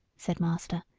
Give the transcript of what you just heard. said master,